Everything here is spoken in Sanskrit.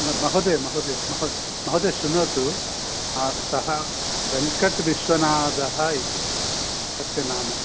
महोदये महोदये महोदये शृणोतु सः वेङ्कट्विश्वनाथः इति तस्य नाम